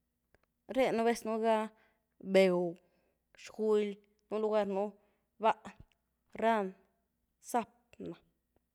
Ré nubéz nuga beu, xguuly, nú luguary nú baáhn, ran, sap' na.